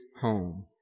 home